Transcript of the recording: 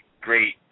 great